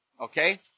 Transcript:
Okay